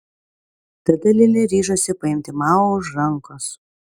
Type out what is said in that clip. tada lili ryžosi paimti mao už rankos